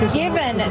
given